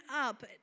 up